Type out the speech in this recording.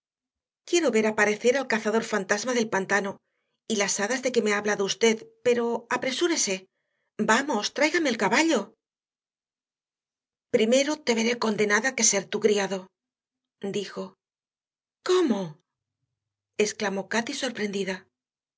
quiero ver aparecer al cazador fantasma del pantano y las hadas de que me ha hablado usted pero apresúrese vamos tráigame el caballo primero te veré condenada que ser tu criado dijo cómo exclamó cati sorprendida